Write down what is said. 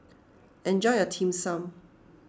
enjoy your Dim Sum